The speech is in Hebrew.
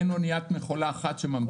אין אוניית מכולה אחת שממתינה.